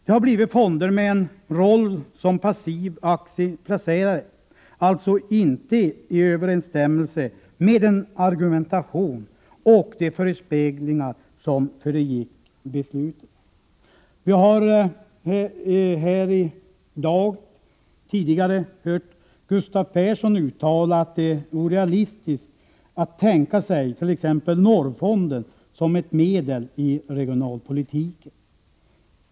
Det har blivit fonder med en roll som passiv aktieplacerare — alltså inte i överensstämmelse med den argumentation och de förespeglingar som föregick beslutet. Vi har tidigare i dag hört Gustav Persson uttala att det är orealistiskt att tänka sigt.ex. Norrfonden som ett medel i regionalpolitiken.